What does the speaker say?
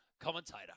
commentator